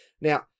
Now